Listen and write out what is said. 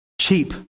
Cheap